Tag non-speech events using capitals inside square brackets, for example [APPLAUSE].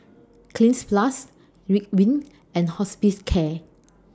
[NOISE] Cleanz Plus Ridwind and Hospicare